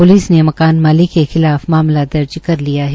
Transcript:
police ने मकान मालिक के खिलाफ मामला दर्ज कर लिया है